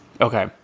Okay